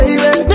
Baby